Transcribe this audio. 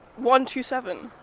one, two, seven.